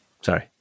Sorry